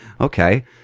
Okay